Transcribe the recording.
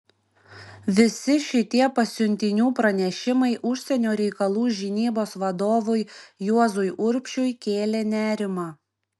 visi šitie pasiuntinių pranešimai užsienio reikalų žinybos vadovui juozui urbšiui kėlė nerimą